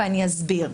ואני אסביר: